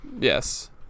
Yes